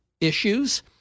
issues